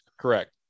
Correct